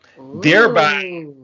thereby